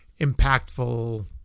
impactful